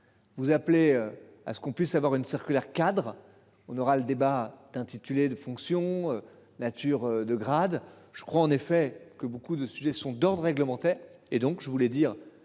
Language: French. Vous appelez à ce qu'on puisse avoir une circulaire cadre on aura le débat d'intitulés de fonction nature de grade. Je crois en effet que beaucoup de sujets sont d'ordre réglementaire et donc je voulais dire,